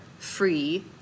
free